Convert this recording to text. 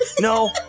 No